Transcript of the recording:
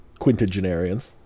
quintagenarians